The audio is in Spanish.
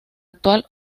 actual